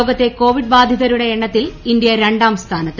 ലോകത്തെ ക്കോവിഡ് ബാധിതരുടെ എണ്ണത്തിൽ ഇന്ത്യ രണ്ടാം സ്ഥാനത്ത്